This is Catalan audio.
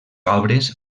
obres